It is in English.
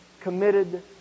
committed